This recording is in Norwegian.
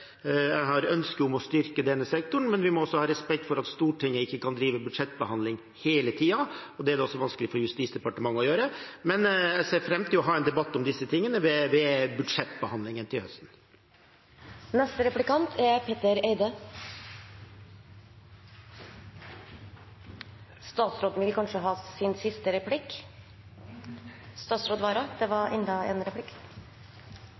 jeg har et ønske om å styrke denne sektoren, men vi må også ha respekt for at Stortinget ikke kan drive budsjettbehandling hele tiden. Det er det også vanskelig for Justisdepartementet å gjøre. Men jeg ser fram til å ha en debatt om disse tingene ved budsjettbehandlingen til høsten. Jeg registrerer at den nye justisministeren fortsetter å argumentere utelukkende praktisk når han snakker om straffedømte. De blir telt, og de blir vurdert ut fra hvor det